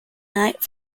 night